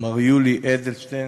מר יולי אדלשטיין,